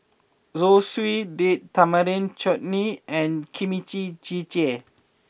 Zosui Date Tamarind Chutney and Kimchi Jjigae